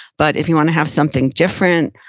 but if you wanna have something different,